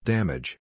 Damage